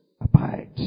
Abide